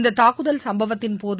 இந்த தாக்குதல் சம்பவத்தின்போது